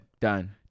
Done